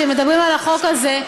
כשמדברים על החוק הזה,